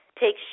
take